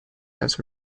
has